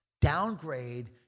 Downgrade